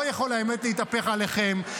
האמת שזה לא יכול להתהפך עליכם,